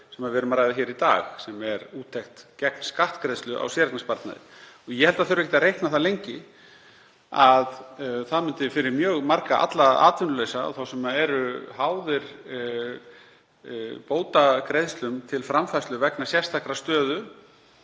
sem við ræðum hér í dag, sem er úttekt gegn skattgreiðslu á séreignarsparnaði. Ég held að það þurfi ekki að reikna það lengi að það myndi fyrir mjög marga, alla atvinnulausa og þá sem eru háðir bótagreiðslum til framfærslu vegna sérstakrar stöðu,